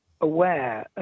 aware